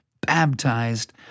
baptized